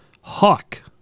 Hawk